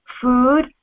food